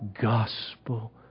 Gospel